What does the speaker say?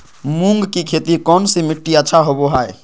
मूंग की खेती कौन सी मिट्टी अच्छा होबो हाय?